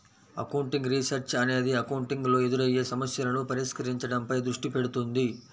accounting research అనేది accounting లో ఎదురయ్యే సమస్యలను పరిష్కరించడంపై దృష్టి పెడుతుంది